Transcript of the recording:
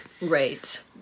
Right